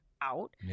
out